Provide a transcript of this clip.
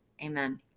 Amen